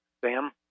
sam